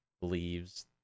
believes